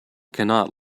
cannot